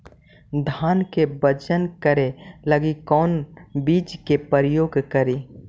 धान के बजन करे लगी कौन चिज के प्रयोग करि?